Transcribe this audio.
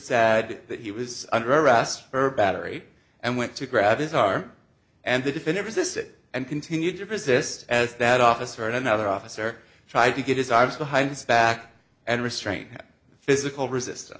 sad that he was under arrest for battery and went to grab his arm and the definit was this it and continued to resist as that officer and another officer tried to get his arms behind his back and restrain physical resistance